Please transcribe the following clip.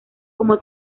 como